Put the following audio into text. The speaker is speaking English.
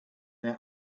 their